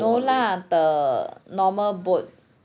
no lah the normal boat